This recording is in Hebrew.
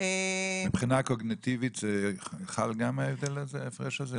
מבחינה קוגניטיבית זה חל גם, ההפרש הזה?